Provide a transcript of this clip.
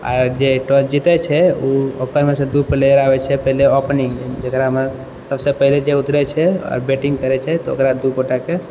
आ जे टॉस जीतए छै ओकरमे से दू प्लेअर आबैत छै पहिले ओपनिङ्ग जकरामे सबसँ पहिले जे उतरए छै आओर बैटििङ्ग करैत छै ओकरा दूगोटाके